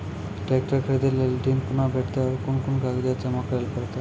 Tractor खरीदै लेल ऋण कुना भेंटते और कुन कुन कागजात जमा करै परतै?